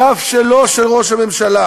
בדף שלו, של ראש הממשלה.